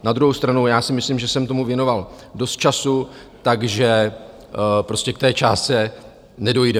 Na druhou stranu já si myslím, že jsem tomu věnoval dost času, takže prostě k té částce nedojdeme.